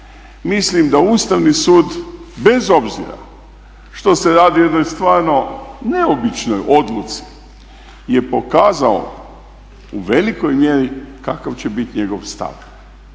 mislim da Ustavni sud bez obzira što se radi o jednoj stvarno neobičnoj odluci je pokazao u velikoj mjeri kakav će biti njegov stav.